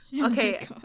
okay